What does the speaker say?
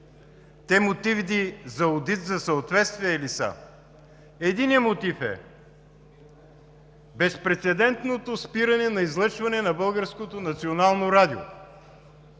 те мотивите за одит за съответствие ли са? Единият мотив е безпрецедентното спиране на излъчване на